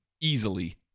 easily